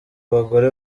bagore